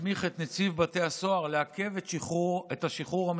מסמיך את נציב בתי הסוהר לעכב את השחרור המינהלי